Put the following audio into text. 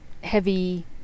heavy